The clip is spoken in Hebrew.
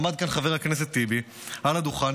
עמד כאן חבר הכנסת טיבי על הדוכן,